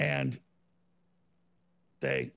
and they